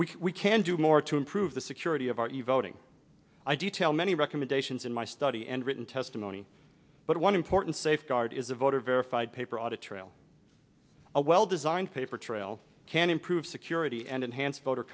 which we can do more to improve the security of our evolving i detail many recommendations in my study and written testimony but one important safeguard is a voter verified paper audit trail a well designed paper trail can improve security and enhanced voter